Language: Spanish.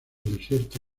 desierto